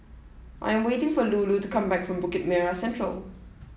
I'm waiting for Lulu to come back from Bukit Merah Central